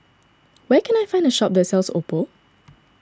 where can I find a shop that sells Oppo